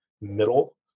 middle